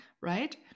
right